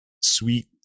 sweet